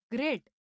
Great